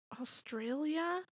Australia